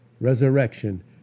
Resurrection